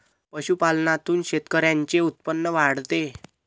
पशुपालनातून शेतकऱ्यांचे उत्पन्न वाढते